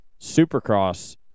supercross